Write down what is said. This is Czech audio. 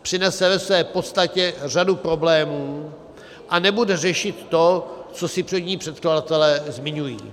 Přinese ve své podstatě řadu problémů a nebude řešit to, co si před ní předkladatelé zmiňují.